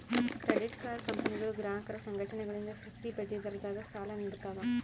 credit card ಕಂಪನಿಗಳು ಗ್ರಾಹಕರ ಸಂಘಟನೆಗಳಿಂದ ಸುಸ್ತಿ ಬಡ್ಡಿದರದಾಗ ಸಾಲ ನೀಡ್ತವ